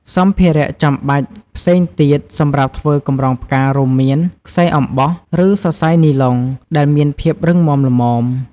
សម្ភារៈចាំបាច់ផ្សេងទៀតសម្រាប់ធ្វើកម្រងផ្កា រួមមាន ខ្សែអំបោះ ឬសរសៃនីឡុង ដែលមានភាពរឹងមាំល្មម។